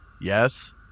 Yes